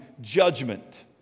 judgment